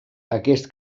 aquest